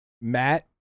Matt